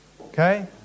okay